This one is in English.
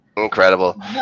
Incredible